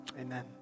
amen